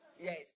Yes